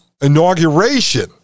inauguration